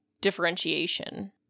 differentiation